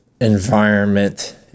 environment